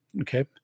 okay